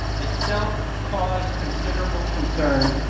itself caused considerable concern,